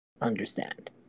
understand